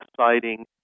exciting